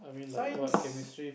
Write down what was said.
science